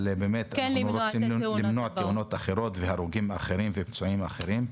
אנחנו באמת רוצים למנוע תאונות אחרות והרוגים ופצועים אחרים.